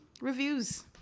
reviews